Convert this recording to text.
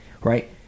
right